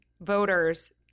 voters